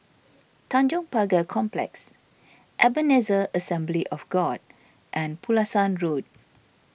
Tanjong Pagar Complex Ebenezer Assembly of God and Pulasan Road